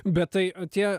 bet tai o tie